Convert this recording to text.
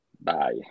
Bye